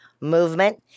movement